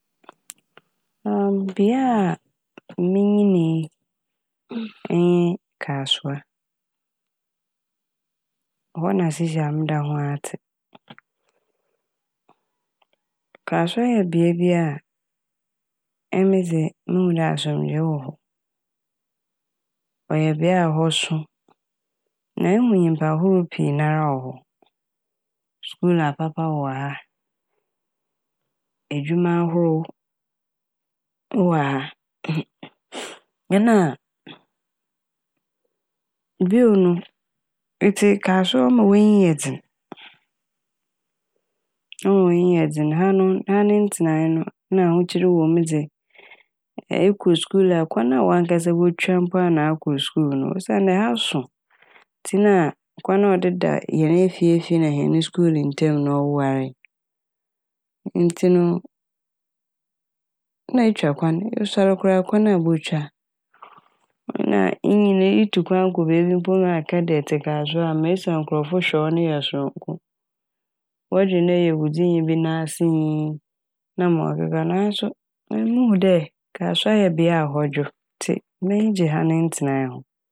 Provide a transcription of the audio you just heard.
Bea a minyinee enye Kasoa, hɔ na seisei meda ho a tse. Kasoa yɛ bea bi a emi dze muhu dɛ asomdwee wɔ hɔ. Ɔyɛ bea a hɔ so na ehu nyimpa horow pii nara wɔ hɔ. Skuul apapa wɔ ha, edwuma ahorow ewɔ ha nna bio no etse Kasoa a ɔma w'enyi yɛ dzen ɔma w'enyi yɛ dzen, ha no ha no ne ntsenae na ahokyer wɔ mu dze ekɔ skuul a kwan a wankasa botwa mpo ana akɔ skuul no osiandɛ ha so ntsi na kwan a ɔdeda hɛn fiefie na hɛn skuul ntamu no ɔware ntsi no na etwa kwan. Esuar koraa no kwan a ebotwa na inyin itu kwan kɔ beebi mpo ma eka dɛ etse Kasoa a mesi a nkorɔfo hwɛ wo ne yɛ soronko. Wɔdwen dɛ eyɛ wodzinyi bi n'asenyi na ma ɔkeka ho naaso emi muhu dɛ Kasoa yɛ bea a hɔ dwo ntsi m'enyi gye ha ne ntenae ho.